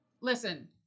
Listen